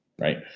Right